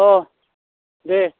औ दे